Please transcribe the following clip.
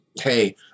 hey